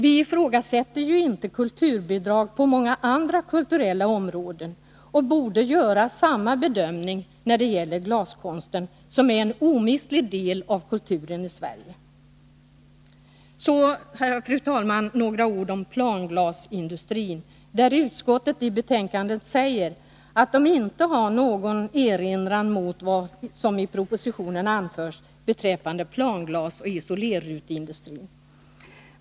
Vi ifrågasätter ju inte kulturbidrag på många andra kulturella områden, och vi borde därför göra samma bedömning när det gäller glaskonsten, som är en omistlig del av kulturen i Sverige. Fru talman! Så några ord om planglasindustrin. Utskottet säger i betänkandet att man inte har någon erinran mot vad som i propositionen anförs beträffande planglasoch isolerruteindustrin.